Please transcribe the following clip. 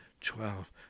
twelve